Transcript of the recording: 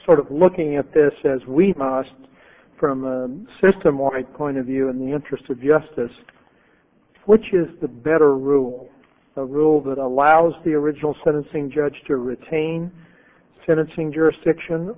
sort of looking at this as we must from a system wide point of view in the interest of justice which is the better rule the rule that allows the original sentencing judge to retain sentencing jurisdiction